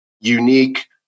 unique